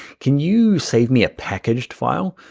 can you save me a packaged file?